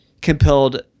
compelled